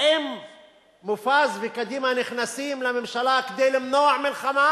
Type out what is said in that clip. האם מופז וקדימה נכנסים לממשלה כדי למנוע מלחמה